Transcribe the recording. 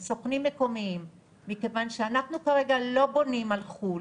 סוכנים מקומיים מכיוון שאנחנו כרגע לא בונים על חו"ל.